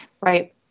right